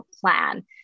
plan